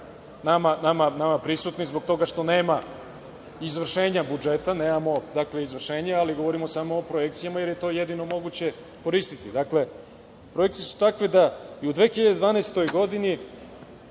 nama prisutni, zbog toga što nema izvršenja budžeta, nemamo dakle izvršenje, ali govorimo samo o projekcijama, jer je to jedino moguće koristiti. Dakle, projekcije su takve da je i u 2012. godini